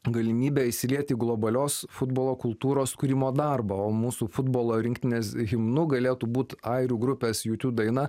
galimybe įsilieti į globalios futbolo kultūros kūrimo darbo o mūsų futbolo rinktinės himnu galėtų būti airių grupės jū tiū daina